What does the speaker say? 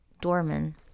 Dorman